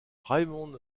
raymond